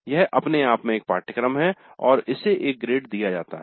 यह अपने आप में एक पाठ्यक्रम है और इसे एक ग्रेड दिया जाता है